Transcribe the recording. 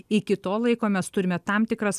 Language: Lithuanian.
iki to laiko mes turime tam tikras